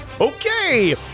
Okay